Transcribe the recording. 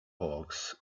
hawks